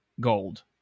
gold